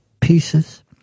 pieces